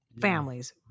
families